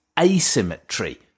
asymmetry